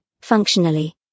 functionally